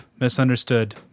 misunderstood